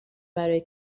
برای